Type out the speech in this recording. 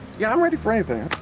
yeah i'm ready for anything.